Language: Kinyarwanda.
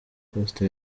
costa